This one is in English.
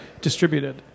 distributed